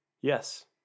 yes